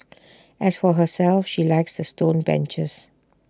as for herself she likes the stone benches